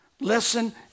listen